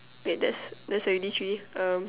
wait that's that's already three um